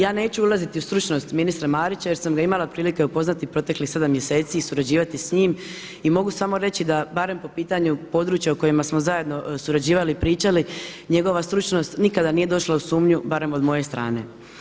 Ja neću ulaziti u stručnost ministra Marića jer sam ga imala prilike upoznati proteklih sedam mjeseci i surađivati s njim i mogu samo reći da barem po pitanju područja u kojima smo zajedno surađivali i pričali, njegova stručnost nikada nije došla u sumnju barem od moje strane.